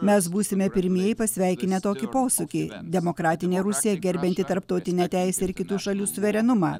mes būsime pirmieji pasveikinę tokį posūkį demokratinė rusija gerbianti tarptautinę teisę ir kitų šalių suverenumą